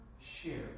share